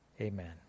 amen